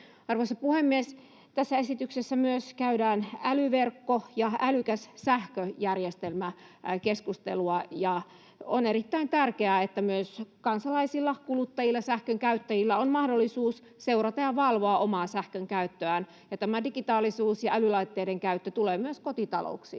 Arvoisa puhemies! Tässä esityksessä myös käydään keskustelua älyverkosta ja älykkäästä sähköjärjestelmästä. On erittäin tärkeää, että myös kansalaisilla — kuluttajilla, sähkönkäyttäjillä — on mahdollisuus seurata ja valvoa omaa sähkönkäyttöään. Tämä digitaalisuus ja älylaitteiden käyttö tulee myös kotitalouksiin.